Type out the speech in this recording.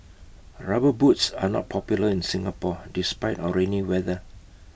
rubber boots are not popular in Singapore despite our rainy weather